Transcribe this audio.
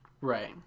right